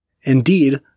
Indeed